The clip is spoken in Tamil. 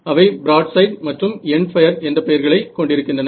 அவை பிராட் சைட் மற்றும் எண்ட் பயர் என்ற பெயர்களை கொண்டிருக்கின்றன